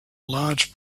large